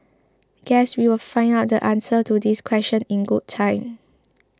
guess we will find out the answers to these questions in good time